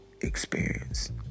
experience